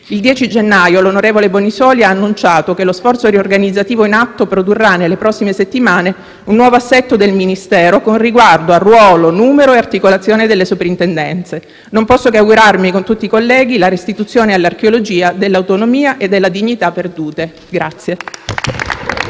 Il 10 gennaio il ministro Bonisoli ha annunciato che lo sforzo riorganizzativo in atto produrrà, nelle prossime settimane, un nuovo assetto del Ministero con riguardo a ruolo, numero e articolazione delle Soprintendenze. Non posso che augurarmi, con tutti i colleghi, la restituzione all'archeologia dell'autonomia e della dignità perdute.